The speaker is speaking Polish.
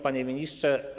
Panie Ministrze!